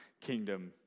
kingdom